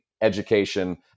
education